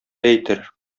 әйтер